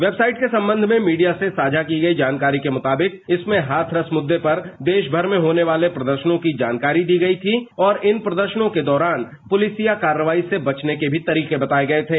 website के संबंध में मीडिया से साझा की गई जानकारी के मुताबिक इसमें हाथरस मुद्दे पर देश भर में होने वाले प्रदर्शनों की जानकारी दी गई थी और इन प्रदर्शनों के दौरान पुलिसिया कार्रवाई से बचने के भी तरीके बताए गए थे